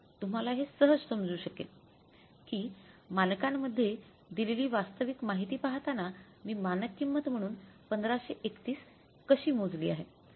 तुम्हाला हे सहज समजू शकेल कि मानकांमध्ये दिलेली वास्तविक माहिती पाहताना मी मानक किंमत म्हणून 1531 कशी मोजली आहे